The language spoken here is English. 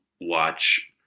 watch